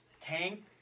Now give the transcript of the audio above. tank